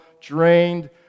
drained